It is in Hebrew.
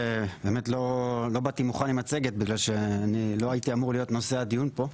לא באתי מוכן עם מצגת כי לא הייתי אמור להיות נושא הדיון פה.